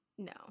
No